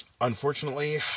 Unfortunately